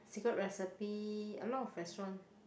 Secret Recipe a lot of restaurant